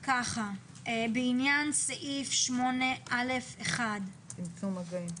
בעניין סעיף 8א1, צמצום מגעים.